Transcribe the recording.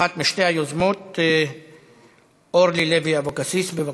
אחת משתי היוזמות, אורלי לוי אבקסיס, בבקשה.